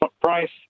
price